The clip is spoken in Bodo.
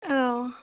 औ